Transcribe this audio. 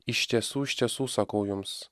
iš tiesų iš tiesų sakau jums